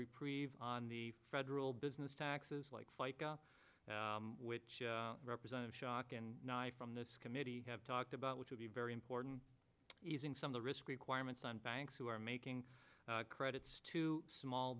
reprieve on the federal business taxes like fica which represent a shock and ny from this committee have talked about which would be very important easing some the risk requirements on banks who are making credits to small